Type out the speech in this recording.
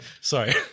Sorry